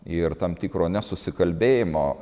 ir tam tikro nesusikalbėjimo